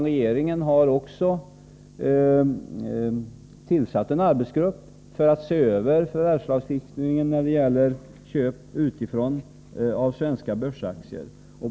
Regeringen har tillsatt en arbetsgrupp för att se över förvärvslagstiftningen när det gäller köp utifrån av svenska börsaktier.